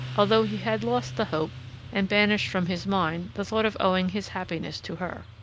although he had lost the hope and banished from his mind the thought of owing his happiness to her.